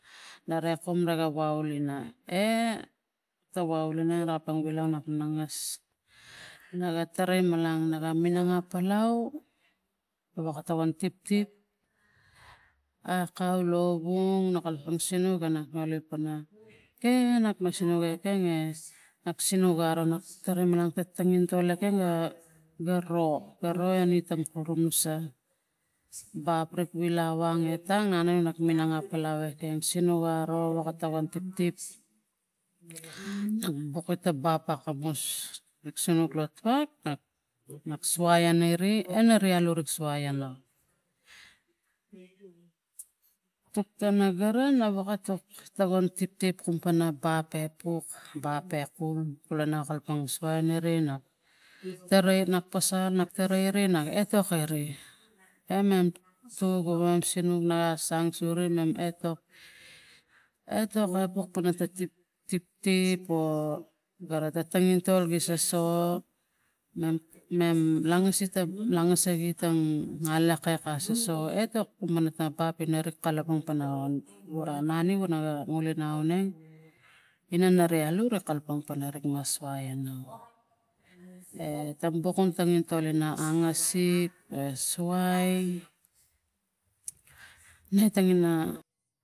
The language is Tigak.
Nare kum niga wau lina e tat wau lina kalapang vilai nak nangas tarai malang naga minang apalau woka to an tiptip akau lovung no kalapang sinuk anap nolipana kengnap lo sinuk ekeng e ga sinuk aro taraim manang ta tangintol ekeng ga garo ro enitang kurunusa baprik vila vangetang aneng nak minang a palau ekeng sinuk aro weka takang tiptip ta bokita bap akamus ik sinuk lo tuak e nuk suai aneri aneri alu ek suai anu baprik vila van etang nuk minang apalau ekeng sinuk aro woka takon nuk bok ita bap akamus nuk sinuk lo tuak suai an neri aneri alu ek suai anu tuk tana gara we wekatuk togan tiptip kumpena pu bape pu bape kum ko lana kalapang suai nari na tarai na pasal atarai ri na etok eri amem tu gaweng sinuk naga sang sure etok etok a puk pana ta tiptip o gara tang tangintol gi soso mem langas sagitang alak kek a soso etok kumana tampaping rik kalapang nari wagara nauneng ina neri alu rik tampana nerik mas ai ano e tam bok tangintol ina angasik e suai ne tangina na.